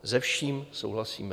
Se vším souhlasíme.